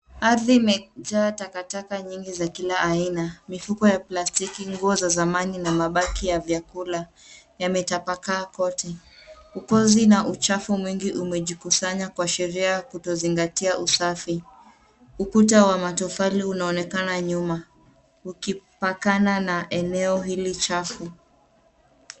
Ardhi imejaa takataka nyingi za kila aina. Mifuko ya plastiki, nguo za zamani na mabaki ya vyakula yametapaka kote. Ukozi na uchafu mwingi umejikusanya kwa sheria kutozingatia usafi. Ukuta wa matofali unaonekana nyuma ukipakana na eneo hili chafu.